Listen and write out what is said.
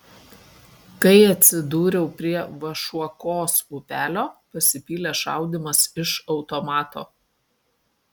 kai atsidūriau prie vašuokos upelio pasipylė šaudymas iš automato